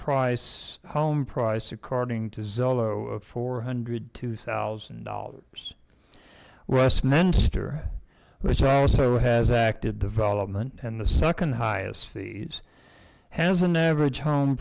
price home price according to zillow four hundred two thousand dollars westminster which also has active development and the second highest has an average home